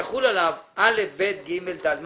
יחול עליו א', ב', ג' ו-ד'.